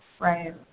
Right